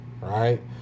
right